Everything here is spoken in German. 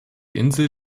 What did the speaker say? insel